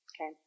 okay